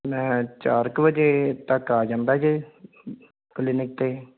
ਮੈਂ ਚਾਰ ਕੁ ਵਜੇ ਤੱਕ ਆ ਜਾਂਦਾ ਜੇ ਕਲੀਨਿਕ 'ਤੇ